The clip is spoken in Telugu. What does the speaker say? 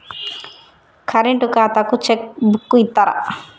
కరెంట్ ఖాతాకు చెక్ బుక్కు ఇత్తరా?